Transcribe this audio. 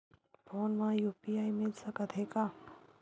Phone मा UPI मिल सकत हे का?